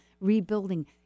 rebuilding